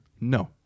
no